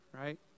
right